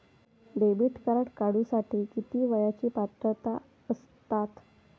Debit card काढूसाठी किती वयाची पात्रता असतात?